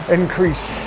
increase